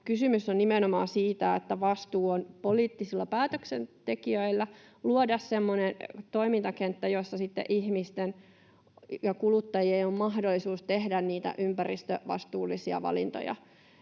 kysymys on nimenomaan siitä, että vastuu on poliittisilla päätöksentekijöillä luoda semmoinen toimintakenttä, jossa ihmisten ja kuluttajien on mahdollisuus tehdä niitä ympäristövastuullisia valintoja.